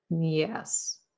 Yes